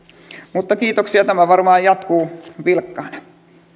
mutta kiitoksia tämä varmaan jatkuu vilkkaana